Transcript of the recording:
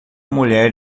mulher